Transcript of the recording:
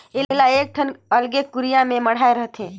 एला एकठन अलगे कुरिया में मढ़ाए देथे